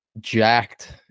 jacked